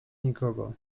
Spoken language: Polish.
nikogo